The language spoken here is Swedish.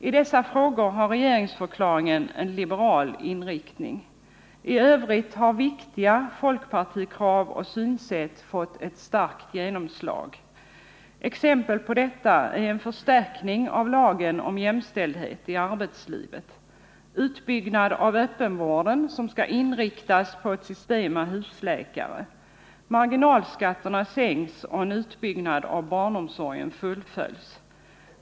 I dessa frågor har regeringsförklaringen en liberal inriktning. I övrigt har viktiga folkpartikrav och liberala synsätt fått ett starkt genomslag. Exempel på detta är en förstärkning av lagen om jämställdhet i arbetslivet och utbyggnaden av öppenvården, som skall inriktas på ett system med husläkare. Marginalskatterna sänks, och en utbyggnad av barnomsorgen fullföljs.